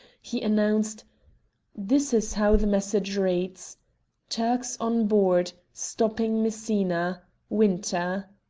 he announced this is how the message reads turks on board. stopping messina winter